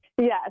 Yes